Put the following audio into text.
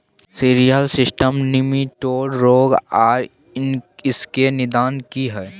Cereal system nematode रोग आर इसके निदान की हय?